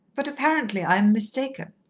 but apparently i am mistaken.